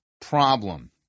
problem